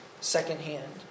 Secondhand